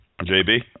JB